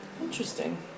Interesting